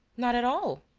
not at all.